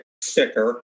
sticker